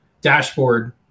dashboard